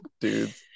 dudes